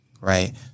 right